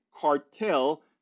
cartel